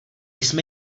jsme